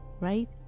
right